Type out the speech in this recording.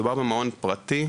מדובר במעון פרטי,